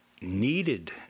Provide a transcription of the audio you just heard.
needed